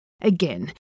Again